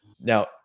Now